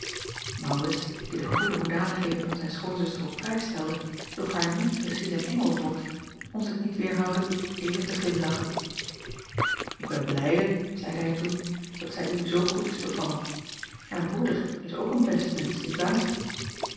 maurits die de goede hoedanigheden van zijn schoon laasje evenster op prijs stelde doch haar niet precies een engel vond kon zich niet weêrhouden even te glimlachen ik ben blijde zeide hij toen dat zij u zoo goed is bevallen mijn broeder is ook een best mensch niet waar